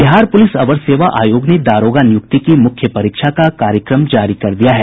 Bihar police अवर सेवा आयोग ने दारोगा नियुक्ति की मुख्य परीक्षा का कार्यक्रम जारी कर दिया है